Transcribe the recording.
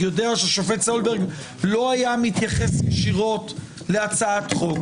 יודע שהוא לא היה מתייחס ישירות להצעת חוק.